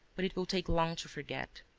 but it will take long to forget.